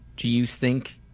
do you think